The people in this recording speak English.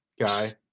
guy